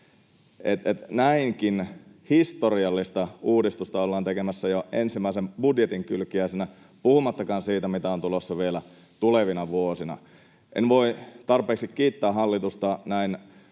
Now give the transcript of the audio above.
näinkin historiallista uudistusta ollaan tekemässä jo ensimmäisen budjetin kylkiäisenä, puhumattakaan siitä, mitä on tulossa vielä tulevina vuosina. En voi tarpeeksi kiittää hallitusta näin